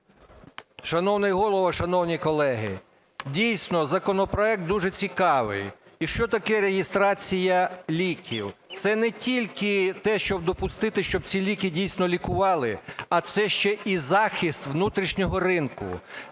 Шановний Голово, шановні колеги! Дійсно, законопроект дуже цікавий. І що таке реєстрація ліків? Це не тільки те, щоб допустити, щоб ці ліки дійсно лікували, а це ще і захист внутрішнього ринку.